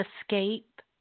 escape